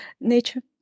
Nature